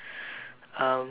um